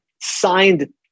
signed